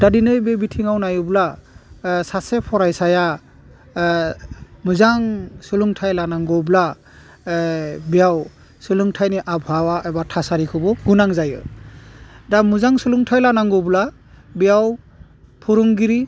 दा दिनै बे बिथिङाव नायोब्ला सासे फरायसाया मोजां सोलोंथाइ लानांगौब्ला बेयाव सोलोंथाइनि आबहावा एबा थासारिखौबो गोनां जायो दा मोजां सोलोंथाइ लानांगौब्ला बेयाव फोरोंगिरि